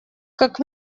как